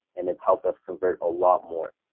and it's helped us convert a lot more